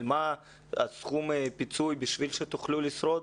מה סכום הפיצוי בשביל שתוכלו לשרוד?